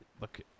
look